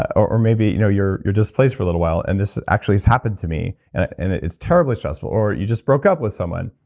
or maybe you know you're you're displaced for a little while, and this actually has happened to me and and it's terribly stressful. or you just broke up with someone,